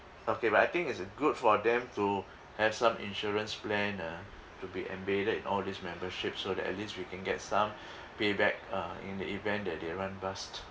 okay but I think it's a good for them to have some insurance plan uh to be embedded in all these membership so that at least we can get some payback uh in the event that they run bust